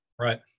Right